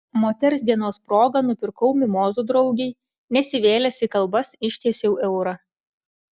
moters dienos proga nupirkau mimozų draugei nesivėlęs į kalbas ištiesiau eurą